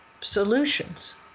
solutions